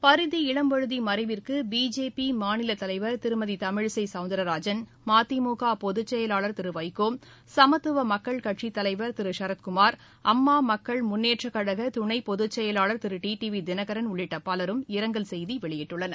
பரிதி இளம்வழுதி மறைவிற்கு பிஜேபி மாநிலத் தலைவர் திருமதி தமிழிசை கவுந்திரராஜன் மதிமுக பொதுச் செயலாளர் திரு வைகோ சமத்துவ மக்கள் கட்சித் தலைவர் திரு சரத்குமார் அம்மா மக்கள் முன்னேற்றக் கழக துணைப் பொதுச் செயவாளர் திரு டிடிவி தினகரன் உள்ளிட்ட பலரும் இரங்கல் செய்தி வெளியிட்டுள்ளனர்